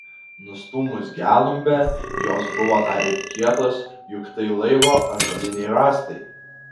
nustūmus gelumbę jos buvo dar ir kietos juk tai laivo ąžuoliniai rąstai